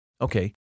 Okay